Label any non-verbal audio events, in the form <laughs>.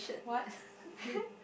what <laughs> okay